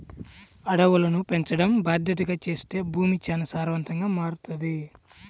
అడవులను పెంచడం బాద్దెతగా చేత్తే భూమి చానా సారవంతంగా మారతది